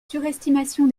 surestimation